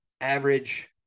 average